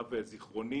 למיטב זכרוני,